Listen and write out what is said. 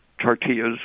tortillas